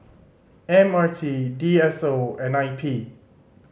M R T D S O and I P